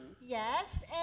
Yes